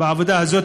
בעבודה הזאת,